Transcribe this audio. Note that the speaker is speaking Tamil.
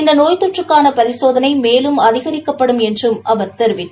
இந்த நோய் தொற்றுக்கான பரிசோதனை மேலும் அதிகரிக்கப்படும் என்றும் அவர் தெரிவித்தார்